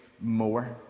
more